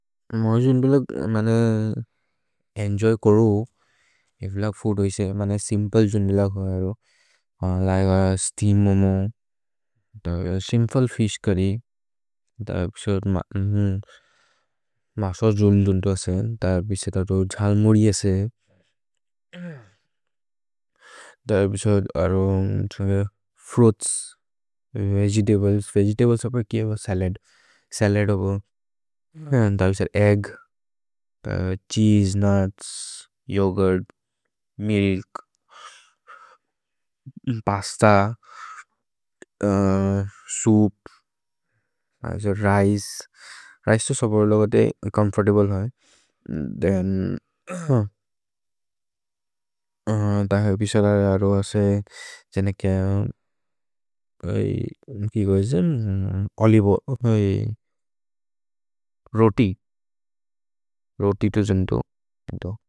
मनजुन् बिल मन एन्जोय् करु एव्लक् फूद् होइसे मनज् सिम्प्ले जुन्दिल करो like a steam momo. Simple fish curry, मसो जुन्द्ल असे, तर् बिसे ततो झल् मुरि असे फ्रुइत्स्, वेगेतब्लेस्, वेगेतब्लेस् सबर् किये ब सलद्। सलद् होबो egg, cheese, nuts, yoghurt, milk, pasta, soup, rice, rice तो सबर् लोगते चोम्फोर्तब्ले है थेन्, तहि अभिसर। अरो असे, जने क्य, कि गोहे जने, ओलिवे ओइल्, रोति, रोति तो जुन्तो।